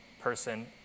person